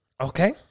okay